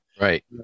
Right